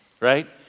right